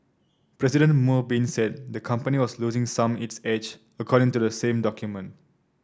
President Mo Bin said the company was losing some its edge according to the same document